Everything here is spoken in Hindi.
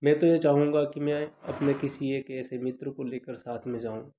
मैं तो ये चाहूँगा कि मैं अपने किसी एक ऐसे मित्र को लेकर साथ में जाऊँ